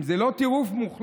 אם זה לא טירוף מוחלט,